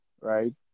Right